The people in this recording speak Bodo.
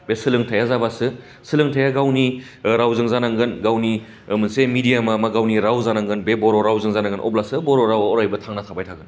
बे सोलोंथाया जाबासो सोलोंथाइया गावनि रावजों जानांगोन गावनि मोनसे मेदियामा गावनि राव जानांगोन बे बर' रावजों दानांगोन अब्लासो बर' रावा अरायबो थांना थाबाय थागोन